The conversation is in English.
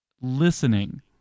listening